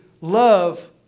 love